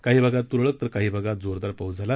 काही भागात तुरळक तर काही भागात जोरदार पाऊस झाला